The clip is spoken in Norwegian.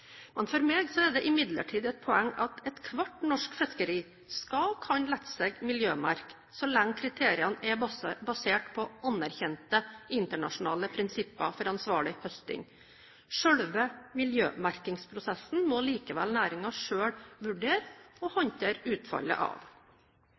For meg er det imidlertid et poeng at ethvert norsk fiskeri skal kunne la seg miljømerke så lenge kriteriene er basert på anerkjente internasjonale prinsipper for ansvarlig høsting. Selve miljømerkingsprosessen må likevel næringen selv vurdere og